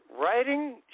writing